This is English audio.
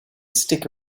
stick